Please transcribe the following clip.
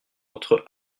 entre